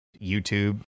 YouTube